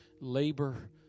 labor